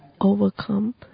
overcome